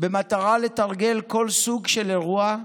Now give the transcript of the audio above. במטרה לתרגל כל סוג של אירוע,